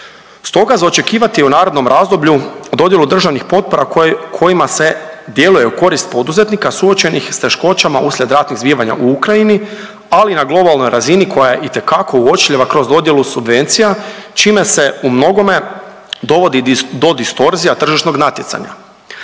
Stoga je za očekivati u narednom razdoblju dodjelu državnih potpora kojima se djeluje u korist poduzetnika suočenih s teškoćama uslijed ratnih zbivanja u Ukrajini, ali i na globalnoj razini koja je itekako uočljiva kroz dodjelu subvencija čime se u mnogome dovodi do distorzija tržišnog natjecanja.